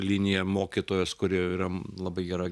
linija mokytojos kuri yra labai gera